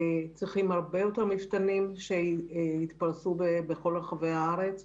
צריך הרבה יותר מפתנים שייפרסו בכל רחבי הארץ,